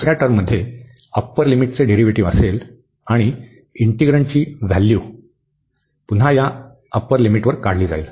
दुसर्या टर्ममध्ये अप्पर लिमिटचे डेरीव्हेटिव असेल आणि इंटिग्रन्डची व्हॅल्यू पुन्हा या अप्पर लिमिटवर काढली जाईल